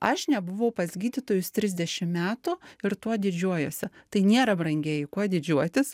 aš nebuvau pas gydytojus trisdešim metų ir tuo didžiuojuosi tai nėra brangieji kuo didžiuotis